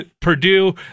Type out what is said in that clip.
Purdue